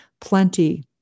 plenty